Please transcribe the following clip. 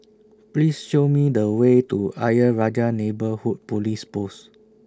Please Show Me The Way to Ayer Rajah Neighbourhood Police Post